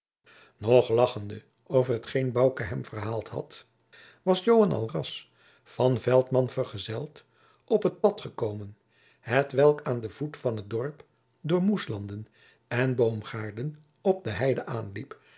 nog lagchende over hetgeen bouke hem verhaald had was joan alras van veltman vergezeld op het pad gekomen hetwelk aan den voet van het dorp door moeslanden en boomgaarden op de heide aanliep